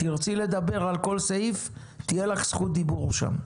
תרצי לדבר על כל סעיף תהיה לך זכות דיבור שם.